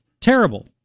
terrible